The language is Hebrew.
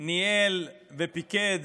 ניהל ופיקד